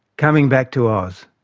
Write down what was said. coming back to oz.